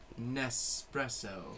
Nespresso